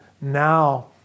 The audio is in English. now